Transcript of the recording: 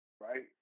right